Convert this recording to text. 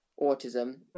autism